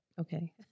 Okay